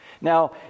Now